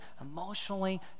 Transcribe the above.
emotionally